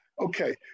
Okay